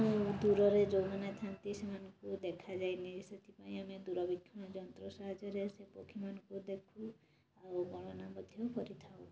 ଆଉ ଦୂରରେ ଯେଉଁ ମାନେ ଥାଆନ୍ତି ସେମାନଙ୍କୁ ଦେଖାଯାଏନି ସେଥିପାଇଁ ଆମେ ଦୂରବୀକ୍ଷଣ ଯନ୍ତ୍ର ସାହାଯ୍ୟରେ ସେ ପକ୍ଷୀ ମାନଙ୍କୁ ଦେଖୁ ଆଉ ଗଣନା ମଧ୍ୟ କରିଥାଉ